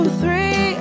three